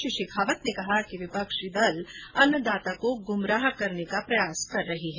श्री शेखावत ने कहा कि विपक्षी दल अन्नदाता को गुमराह करने का प्रयास कर रहे हैं